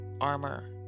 Armor